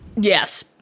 yes